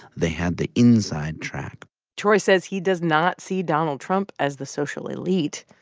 they had the inside track troy says he does not see donald trump as the social elite.